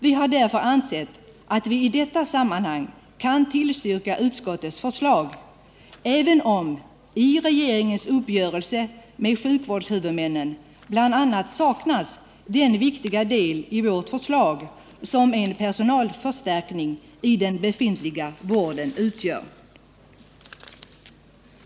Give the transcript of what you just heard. Vi har därför ansett att vi i detta sammanhang kan tillstyrka utskottets förslag även om i regeringens uppgörelse med sjukvårdshuvudmännen bl.a. saknas den viktiga del i vårt förslag som en personalförstärkning i den befintliga vården utgör.